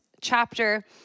chapter